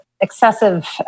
excessive